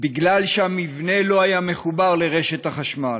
בגלל שהמבנה לא היה מחובר לרשת החשמל.